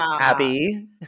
Abby